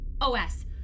OS